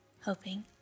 hoping